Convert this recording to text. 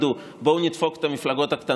והן יגידו: בואו נדפוק את המפלגות הקטנות,